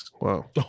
Wow